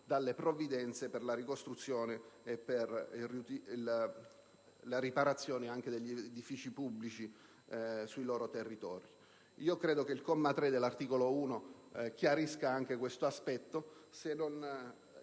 delle provvidenze per la ricostruzione e la riparazione anche degli edifici pubblici dei loro territori. Credo che il comma 3 dell'articolo 1 chiarisca tale aspetto